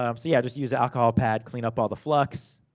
um so yeah, just use a alcohol pad, clean up all the flux.